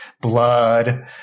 blood